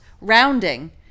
rounding